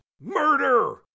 Murder